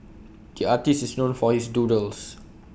the artist is known for his doodles